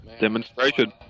Demonstration